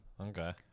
Okay